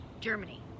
germany